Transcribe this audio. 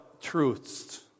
truths